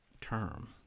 term